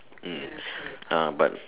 hmm ah but